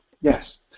yes